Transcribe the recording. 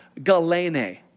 galene